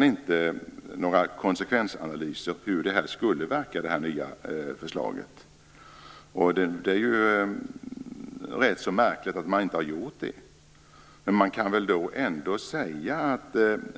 det inte några konsekvensanalyser av hur det nya förslaget skulle verka. Det är ju rätt märkligt.